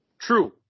True